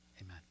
amen